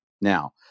Now